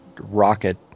rocket